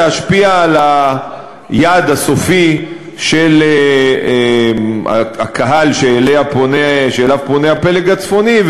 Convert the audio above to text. להשפיע על היעד הסופי של הקהל שאליו הפלג הצפוני פונה,